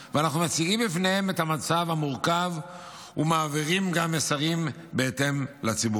ואנחנו מציגים בפניהם את המצב המורכב ומעבירים גם מסרים לציבור בהתאם.